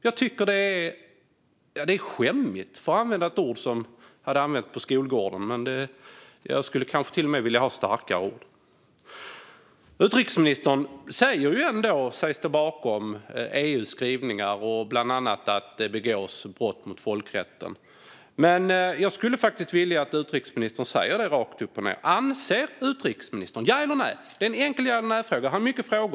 Jag tycker att det är skämmigt, för att använda ett ord som jag hade använt på skolgården. Jag skulle kanske till och med vilja använda starkare ord. Utrikesministern säger sig stå bakom EU:s skrivningar, bland annat om att det begås brott mot folkrätten. Jag skulle vilja att utrikesministern svarar rakt upp och ned. Anser utrikesministern att Israel bryter mot internationell rätt, ja eller nej?